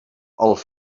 els